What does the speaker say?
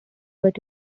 but